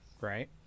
Right